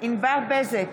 ענבר בזק,